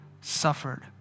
Suffered